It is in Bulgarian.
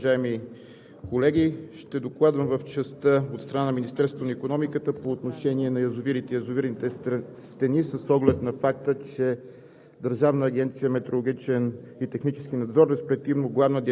Уважаема госпожо Председател, уважаеми дами и господа народни представители, уважаеми колеги! Ще докладвам в частта от страна на Министерството на икономиката по отношение на язовирите и язовирните стени с оглед на факта, че